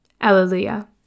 Alleluia